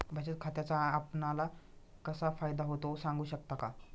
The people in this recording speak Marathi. बचत खात्याचा आपणाला कसा फायदा होतो? सांगू शकता का?